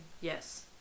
yes